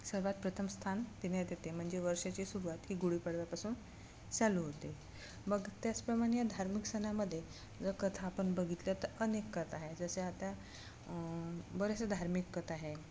सर्वात प्रथम स्थान देण्यात येते म्हणजे वर्षाची सुरुवात ही गुढीपाडव्यापासून चालू होते मग त्याचप्रमाणे या धार्मिक सणामध्ये जर कथा आपण बघितल्या तर अनेक कथा जसे आता बरेचशा धार्मिक कथा